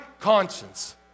conscience